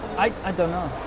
i don't know